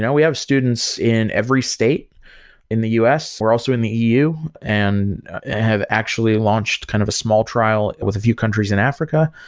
yeah we have students in every state in the u s. we're also in the e u. and have actually launched kind of a small trial with a few countries in africa,